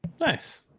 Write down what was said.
Nice